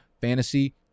fantasy